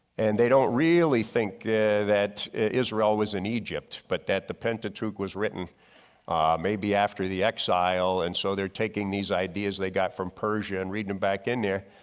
and they don't really think that israel was in egypt but that the pentateuch was written maybe after the exile. and so they're taking these ideas they got from persia and reading them back in there,